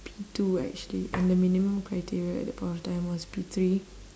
P two actually and the minimum criteria at that point of time was P three